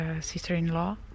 sister-in-law